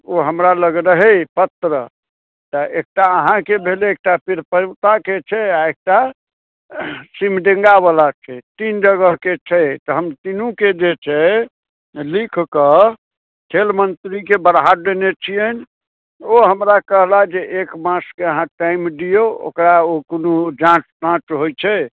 ओ हमरा लग रहै पत्र तऽ एकटा अहाँके भेलै एकटा तिरपविता के छै आ एकटा सिमडेगावला छै तीन जगहके छै तऽ हम तीनूके जे छै लिख कऽ खेल मंत्रीके बढ़ा देने छियनि ओ हमरा कहलथि जे एक मासके अहाँ टाइम दियौ ओकरा ओ कोनो जाँच ताँच होइत छै